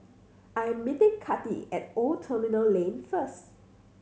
I am meeting Kathi at Old Terminal Lane first